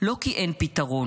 לא כי אין פתרון,